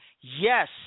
yes